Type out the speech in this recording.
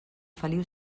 feliu